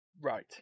Right